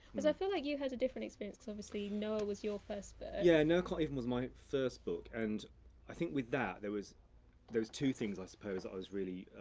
i feel like you had a different experience, cause obviously, noah was your first book. yeah, noah can't even was my first book, and i think with that, there was there was two things, i suppose, i was really,